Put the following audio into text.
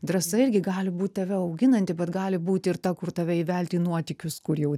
drąsa irgi gali būt tave auginanti bet gali būti ir ta kur tave įvelt į nuotykius kur jau